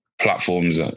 platforms